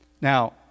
Now